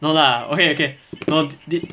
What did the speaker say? no lah okay okay no need